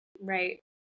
right